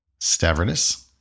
Stavridis